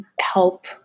help